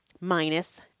minus